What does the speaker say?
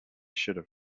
should